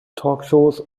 talkshows